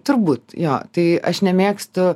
turbūt jo tai aš nemėgstu